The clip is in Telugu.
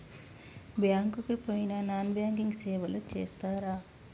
బ్యాంక్ కి పోయిన నాన్ బ్యాంకింగ్ సేవలు చేస్తరా?